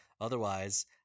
Otherwise